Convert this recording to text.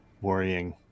worrying